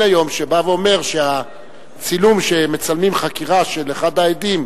היום שבא ואומר שהצילום שמצלמים חקירה של אחד העדים,